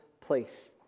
place